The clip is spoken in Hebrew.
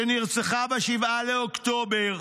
שנרצחה ב-7 באוקטובר,